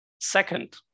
Second